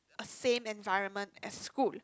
same environment as school